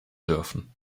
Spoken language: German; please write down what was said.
dürfen